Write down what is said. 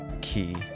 key